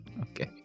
Okay